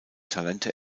talente